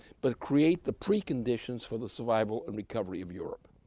but create the preconditions for the survival and recovery of europe.